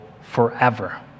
forever